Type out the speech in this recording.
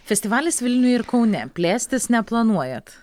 festivalis vilniuj ir kaune plėstis neplanuojat